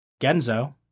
Genzo